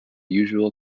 usual